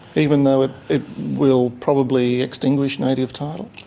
even though it it will probably extinguish native title?